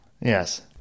Yes